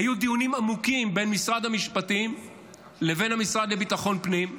היו דיונים עמוקים בין משרד המשפטים לבין המשרד לביטחון פנים,